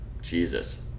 Jesus